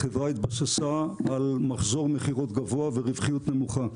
החברה התבססה על מחזור מכירות גבוה ורווחיות נמוכה.